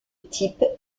type